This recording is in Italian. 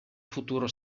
futuro